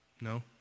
no